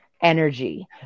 energy